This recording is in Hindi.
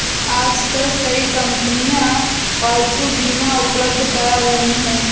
आजकल कई कंपनियां पालतू बीमा उपलब्ध करा रही है